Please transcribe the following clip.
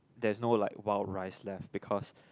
that's no like wild rice left because